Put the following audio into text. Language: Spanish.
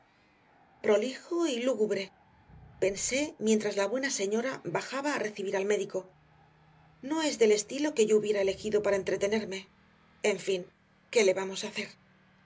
prolijo y lúgubre pensé mientras la buena señora bajaba a recibir al médico no es del estilo que yo hubiera elegido para entretenerme en fin qué le vamos a hacer